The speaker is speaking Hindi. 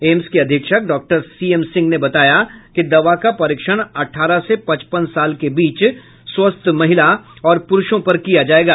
एम्स के अधीक्षक डॉक्टर सीएम सिंह ने बताया कि दवा का परीक्षण अठारह से पचपन साल के बीच स्वस्थ महिला और प्रूषों पर किया जायेगा